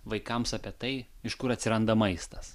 vaikams apie tai iš kur atsiranda maistas